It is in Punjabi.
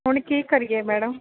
ਹੁਣ ਕੀ ਕਰੀਏ ਮੈਡਮ